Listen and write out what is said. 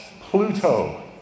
Pluto